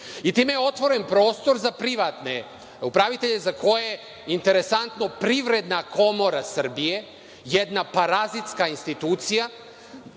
Time je otvoren prostor za privatne upravitelje, za koje, interesantno, Privredna komora Srbije, jedna parazitska institucija,